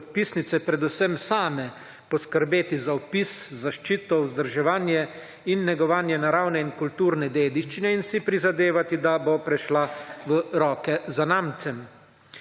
podpisnice predvsem same poskrbeti za vpis, zaščito, vzdrževanje in negovanje naravne in kulturne dediščine in si prizadevati, da bo prešla v roke zanamcem.